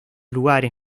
lugares